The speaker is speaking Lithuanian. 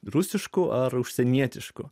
rusiškų ar užsienietiškų